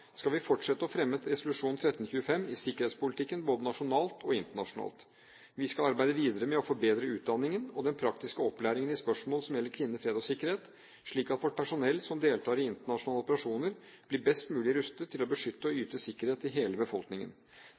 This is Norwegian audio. skal vi fortsette å fremme resolusjon 1325 i sikkerhetspolitikken, både nasjonalt og internasjonalt. Vi skal arbeide videre med å forbedre utdanningen og den praktiske opplæringen i spørsmål som gjelder kvinner, fred og sikkerhet, slik at vårt personell som deltar i internasjonale operasjoner, blir best mulig rustet til å beskytte og yte sikkerhet til hele befolkningen.